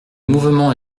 mouvement